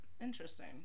interesting